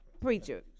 preacher